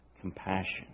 compassion